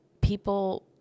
people